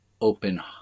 open